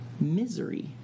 misery